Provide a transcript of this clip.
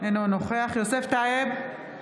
אינו נוכח יוסף טייב,